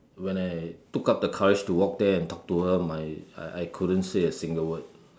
when I took up the courage to walk there and talk to her my I I couldn't say a single word